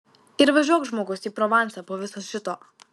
ir važiuok žmogus į provansą po viso šito